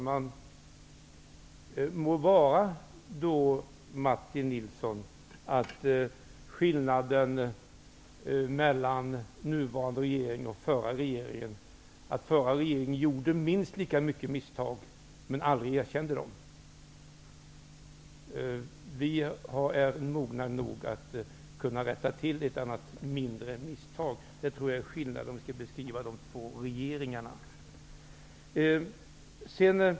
Fru talman! Martin Nilsson, det må vara att skillnaden mellan den nuvarande regeringen och den förra regeringen är att den förra regeringen gjorde minst lika många misstag men att den aldrig erkände dem. Denna regering är mogen nog att kunna rätta till ett och annat mindre misstag. Det tror jag är skillnaden mellan dessa två regeringar.